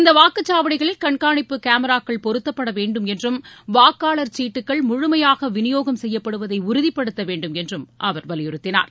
இந்த வாக்குச்சாவடிகளில் கண்காணிப்பு கேமராக்கள் பொருத்தப்படவேண்டும் என்றும் வாக்காளர் சீட்டுக்கள் முழுமையாக விளியோகம் செய்யப்படுவதை உறுதிபடுத்தவேண்டும் என்றும் அவர் வலியுறுத்தினார்